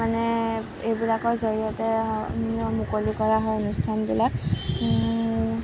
মানে এইবিলাকৰ জড়িয়তে মুকলি কৰা হয় অনুষ্ঠানবিলাক